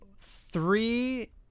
three